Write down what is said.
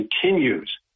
continues